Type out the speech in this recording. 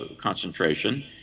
concentration